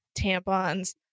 tampons